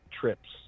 trips